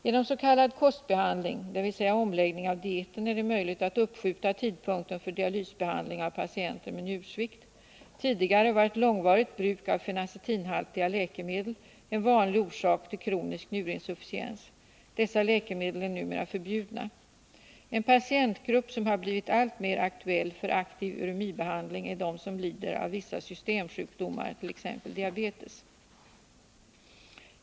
Genom s.k. kostbehandling, dvs. omläggning av dieten, är det möjligt att uppskjuta tidpunkten för dialysbehandling av patienter med njursvikt. Tidigare var ett långvarigt bruk av fenacetinhaltiga läkemedel en vanlig orsak till kronisk njurinsufficiens. Dessa läkemedel är numera förbjudna. En patientgrupp som har blivit alltmer aktuell för aktiv uremibehandling är de patienter som lider av vissa systemsjukdomar, t.ex. diabetes.